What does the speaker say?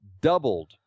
doubled